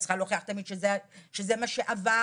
את צריכה להוכיח תמיד שזה מה שעברת,